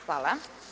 Hvala.